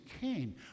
Cain